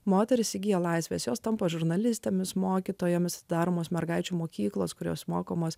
moterys įgijo laisvės jos tampa žurnalistėmis mokytojomis daromos mergaičių mokyklos kurios mokomos